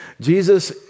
Jesus